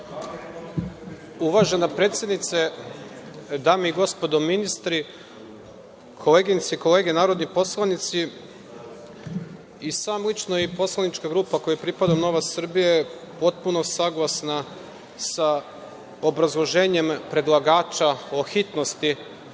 Uvažena predsednice, dame i gospodo ministri, koleginice i kolege narodni poslanici, i sam lično, i Poslanička grupa kojoj pripadam Nova Srbija je potpuno saglasna sa obrazloženjem predlagača o hitnosti